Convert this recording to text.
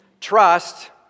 Trust